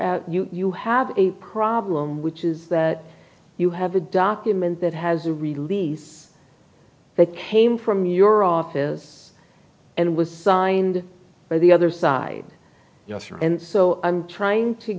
out you you have a problem which is that you have a document that has a release that came from your office and was signed by the other side and so i'm trying to